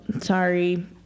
sorry